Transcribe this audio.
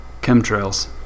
Chemtrails